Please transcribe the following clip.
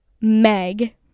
Meg